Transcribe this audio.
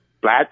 black